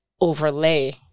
overlay